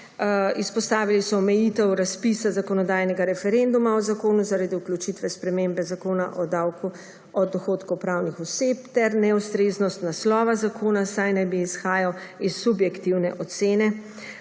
Izpostavili so omejitev razpisa zakonodajnega referenduma o zakonu zaradi vključitve spremembe zakona o davku od dohodkov pravnih oseb ter neustreznost naslova zakona, saj naj bi izhajal iz subjektivne ocene.